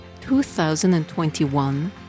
2021